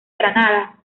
granada